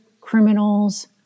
criminals